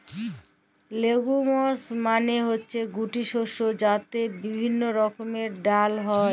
legumes মালে হচ্যে গুটি শস্য যাতে বিভিল্য রকমের ডাল হ্যয়